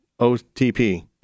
OTP